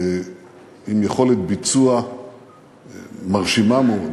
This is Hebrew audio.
עם יכולת ביצוע מרשימה מאוד.